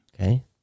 okay